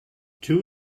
two